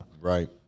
Right